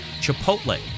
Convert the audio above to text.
chipotle